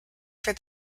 for